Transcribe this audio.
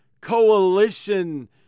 coalition